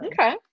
Okay